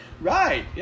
right